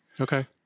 Okay